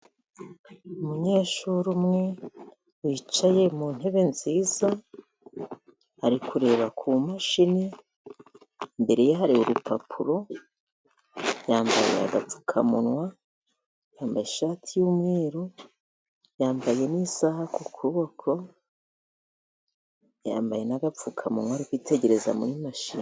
Umunyeshuri umwe wicaye mu ntebe nziza ari kureba ku mashini, imbere ye hari urupapuro yambaye agapfukamunwa, yambaye ishati y'umweru ,yambaye n'isaha ku kuboko yambaye n'agapfukamunwa, ari kwitegereza muri mashine.